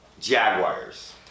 Jaguars